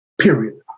Period